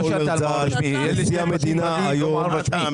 נשיא המדינה היום --- לא,